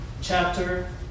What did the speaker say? chapter